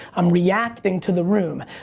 i'm reacting to the room.